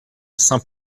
saint